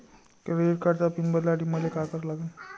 Credit कार्डाचा PIN बदलासाठी मले का करा लागन?